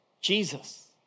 Jesus